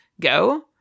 go